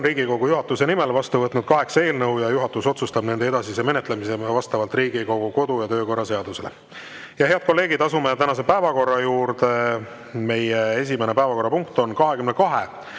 Riigikogu juhatuse nimel vastu võtnud kaheksa eelnõu ja juhatus otsustab nende edasise menetlemise vastavalt Riigikogu kodu- ja töökorra seadusele. Head kolleegid, asume tänase päevakorra juurde. Meie esimene päevakorrapunkt on 22